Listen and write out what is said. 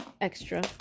Extra